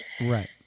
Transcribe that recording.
Right